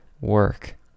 work